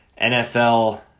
NFL